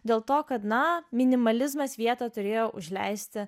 dėl to kad na minimalizmas vietą turėjo užleisti